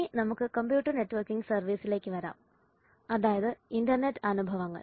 ഇനി നമുക്ക് computer networking സർവീസിലേക്ക് വരാം അതായത് ഇൻറർനെറ്റ് അനുഭവങ്ങൾ